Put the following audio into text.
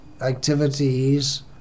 activities